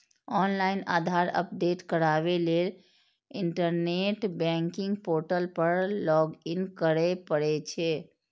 online Aadhaar update कराबै लेल internet banking portal पर लॉगइन करय पड़ै छै